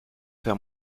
faire